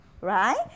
right